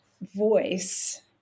voice